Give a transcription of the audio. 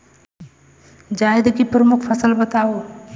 जायद की प्रमुख फसल बताओ